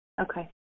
Okay